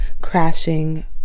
crashing